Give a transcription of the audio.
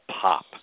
pop